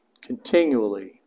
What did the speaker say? continually